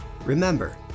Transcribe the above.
Remember